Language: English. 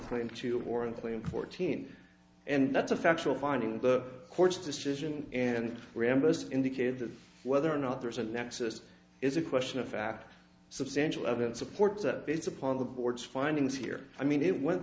claim to warrant play in fourteen and that's a factual finding the court's decision and remember has indicated that whether or not there is a nexus is a question of fact substantial evidence supports that based upon the board's findings here i mean it went